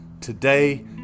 Today